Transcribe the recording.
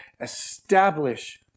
establish